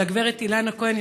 והגב' אילנה כהן,